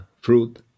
fruit